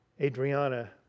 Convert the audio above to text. Adriana